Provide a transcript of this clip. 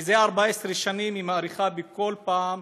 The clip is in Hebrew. שכבר 14 שנים היא מאריכה בכל פעם